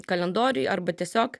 kalendoriuj arba tiesiog